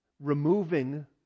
Removing